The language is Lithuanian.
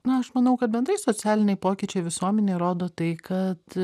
na aš manau kad bendrai socialiniai pokyčiai visuomenėj rodo tai kad